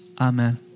amen